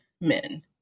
men